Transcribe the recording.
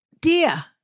Dear